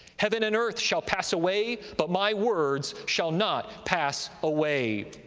heaven and earth shall pass away, but my words shall not pass away.